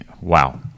Wow